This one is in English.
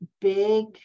big